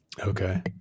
Okay